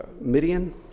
Midian